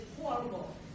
horrible